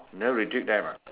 never restrict them ah